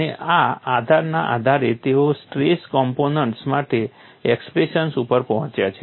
અને આ આધારના આધારે તેઓ સ્ટ્રેસ કોમ્પોનન્ટ માટે એક્સપ્રેશન ઉપર પહોંચ્યા છે